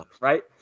right